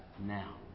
now